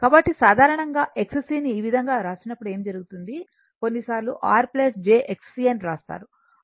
కాబట్టి సాధారణంగా Xc ని ఈ విధంగా వ్రాసినప్పుడు ఏమి జరుగుతుంది కొన్నిసార్లు R j Xc అని వ్రాస్తారు